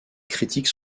critiques